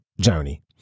journey